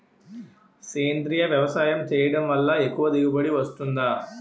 సేంద్రీయ వ్యవసాయం చేయడం వల్ల ఎక్కువ దిగుబడి వస్తుందా?